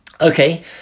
Okay